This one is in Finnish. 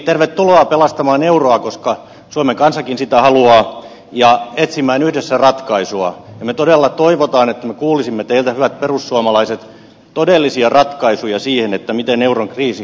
tervetuloa pelastamaan euroa koska suomen kansakin sitä haluaa ja etsimään yhdessä ratkaisua ja me todella toivomme että me kuulisimme teiltä hyvät perussuomalaiset todellisia ratkaisuja siihen miten euron kriisi selvitetään